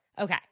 Okay